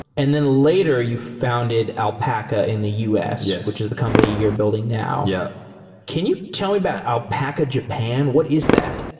and then later you founded alpaca in the u s, yeah which is the company you're building now yeah can you tell me about alpaca japan? what is that?